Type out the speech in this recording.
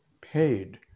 paid